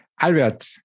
albert